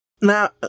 Now